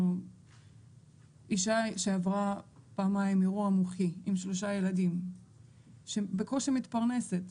אישה שעברה פעמיים אירוע מוחי עם שלושה ילדים שבקושי מתפרנסת,